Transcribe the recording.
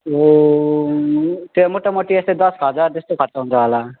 यो त्यहाँ मोटामोटी दस हजार जस्तै खर्च हुन्छ होला